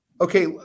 okay –